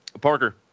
Parker